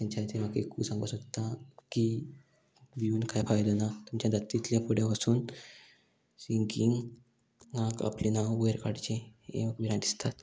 तेंच्या खातीर म्हाका एकू सांगपाक सोदता की भिवून कांय फायदो ना तुमच्या जाता तितले फुडें वसून सिंगींग नाक आपलें नांव वयर काडचें हें म्हाका विरां दिसतात